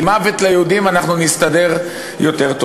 עם "מוות ליהודים" אנחנו נסתדר יותר טוב.